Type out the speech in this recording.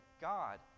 God